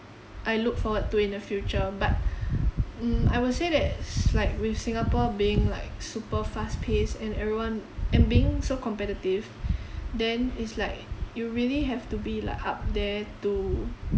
I look forward to in the future but mm I would say that s~ like with singapore being like super fast paced and everyone and being so competitive then it's like you really have to be like up there to